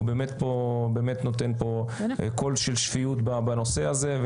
הוא באמת פה נותן קול של שפיות בנושא הזה.